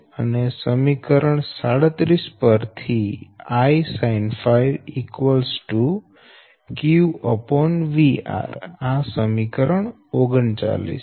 અને સમીકરણ 37 પરથી I sinɸ Q|VR| આ સમીકરણ 39 છે